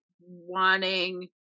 wanting